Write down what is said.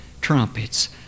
Trumpets